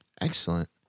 Excellent